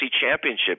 championship